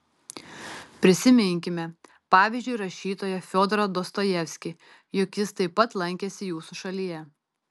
prisiminkime pavyzdžiui rašytoją fiodorą dostojevskį juk jis taip pat lankėsi jūsų šalyje